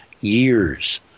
years